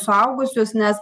suaugusius nes